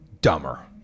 dumber